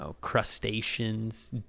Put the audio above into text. crustaceans